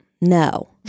No